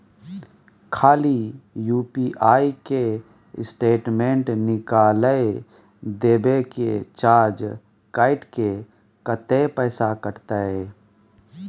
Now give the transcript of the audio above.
खाली यु.पी.आई के स्टेटमेंट निकाइल देबे की चार्ज कैट के, कत्ते पैसा कटते?